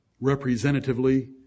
representatively